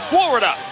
Florida